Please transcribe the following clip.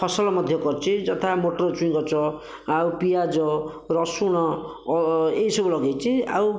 ଫସଲ ମଧ୍ୟ କରିଛି ଯଥା ମଟର ଛୁଇଁ ଗଛ ଆଉ ପିଆଜ ରସୁଣ ଏହିସବୁ ଲଗେଇଛି ଆଉ